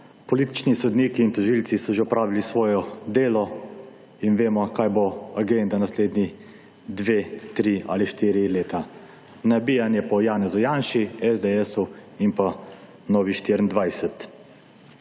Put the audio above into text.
Politični sodniki in tožilci so že opravili svoje delo in vemo kaj bo agenda naslednji dve, tri ali štiri leta. Nabijanje po Janezu Janši, SDS in pa Novi24.